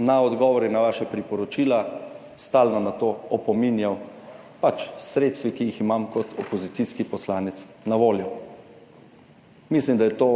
na odgovore, na vaša priporočila stalno opominjal s sredstvi, ki jih imam kot opozicijski poslanec na voljo. Mislim, da je to